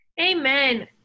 Amen